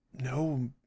no